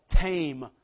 tame